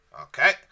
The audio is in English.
Okay